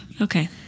Okay